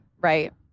right